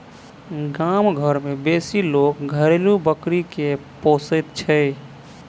गाम घर मे बेसी लोक घरेलू बकरी के पोसैत छै